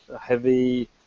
heavy